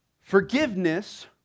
Forgiveness